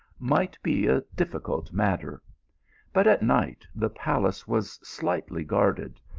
might be a difficult matter but at night the palace was slightly guarded,